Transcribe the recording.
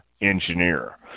engineer